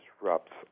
disrupts